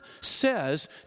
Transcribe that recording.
says